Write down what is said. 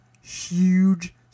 huge